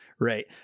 Right